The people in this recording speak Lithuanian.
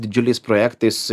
didžiuliais projektais